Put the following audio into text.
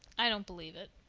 i don't believe it,